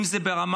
אם זה ברמת